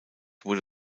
wurde